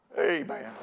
Amen